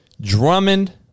Drummond